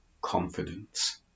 confidence